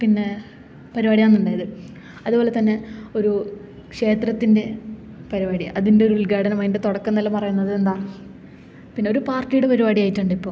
പിന്നെ പരിപാടിയാണ് ഉണ്ടായത് അതുപോലെത്തന്നെ ഒരു ക്ഷേത്രത്തിന്റെ പരിപാടി അതിന്റെ ഒരു ഉദ്ഘാടനം അതിന്റെ തുടക്കം എന്നെല്ലാം പറയുന്നത് എന്താ പിന്നെ ഒരു പാര്ട്ടിയുടെ പരിപാടി ആയിട്ടുണ്ട് ഇപ്പോൾ